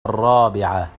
الرابعة